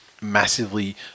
massively